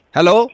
Hello